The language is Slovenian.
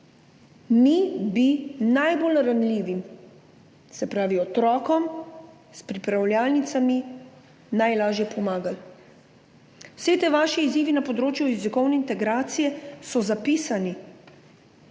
mi bi najbolj ranljivim, se pravi otrokom, s pripravljalnicami najlažje pomagali. Vsi ti vaši izzivi na področju jezikovne integracije so zapisani.